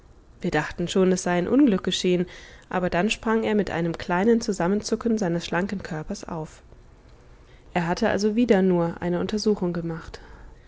wir dachten schon es sei ein unglück geschehen aber dann sprang er mit einem kleinen zusammenzucken seines schlanken körpers auf er hatte also wieder nur eine untersuchung gemacht